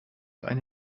eine